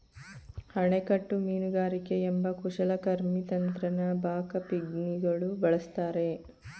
ಅಣೆಕಟ್ಟು ಮೀನುಗಾರಿಕೆ ಎಂಬ ಕುಶಲಕರ್ಮಿ ತಂತ್ರನ ಬಾಕಾ ಪಿಗ್ಮಿಗಳು ಬಳಸ್ತಾರೆ